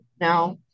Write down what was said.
no